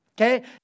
Okay